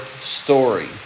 story